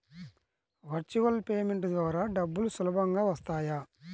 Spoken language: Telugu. వర్చువల్ పేమెంట్ ద్వారా డబ్బులు సులభంగా వస్తాయా?